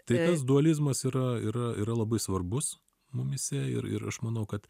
tai tas dualizmas yra yra yra labai svarbus mumyse ir ir aš manau kad